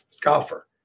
golfer